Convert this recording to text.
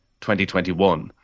2021